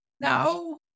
no